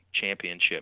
Championship